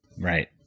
right